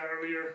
earlier